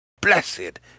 blessed